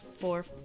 four